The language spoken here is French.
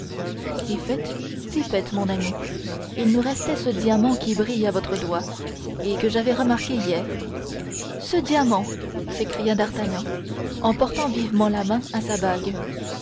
si fait si fait mon ami il nous restait ce diamant qui brille à votre doigt et que j'avais remarqué hier ce diamant s'écria d'artagnan en portant vivement la main à sa bague